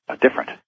different